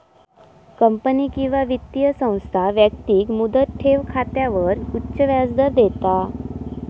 company किंवा वित्तीय संस्था व्यक्तिक मुदत ठेव खात्यावर उच्च व्याजदर देता